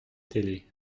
télé